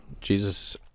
Jesus